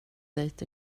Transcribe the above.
dejt